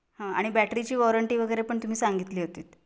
हं आणि बॅटरीची वॉरंटी वगैरे पण तुम्ही सांगितली होतीत